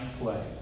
play